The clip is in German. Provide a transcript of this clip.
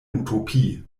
utopie